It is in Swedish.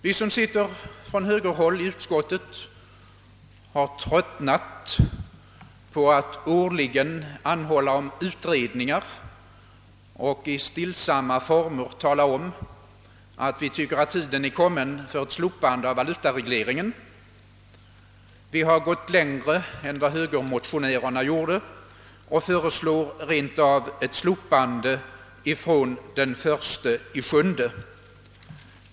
Vi som representerar högern i utskottet har tröttnat på att årligen anhålla om utredningar och i stillsamma former tala om, att vi tycker att tiden är kommen för ett slopande av valutaregleringen. Vi går längre än högermotionärerna och föreslår rent av ett slopande från den 1 juli.